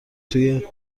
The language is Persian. توی